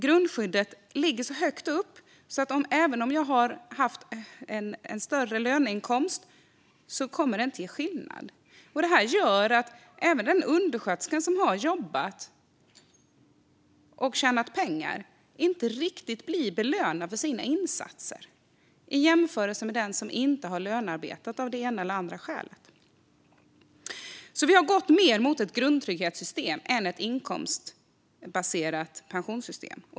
Grundskyddet ligger så högt att även om jag har haft en större löneinkomst kommer den inte att göra skillnad, det vill säga den undersköterska som har jobbat och tjänat pengar blir inte riktigt belönad för sina insatser i jämförelse med den som inte har lönearbetat av det ena eller andra skälet. Vi har gått mer mot ett grundtrygghetssystem än ett inkomstbaserat pensionssystem.